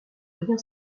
rien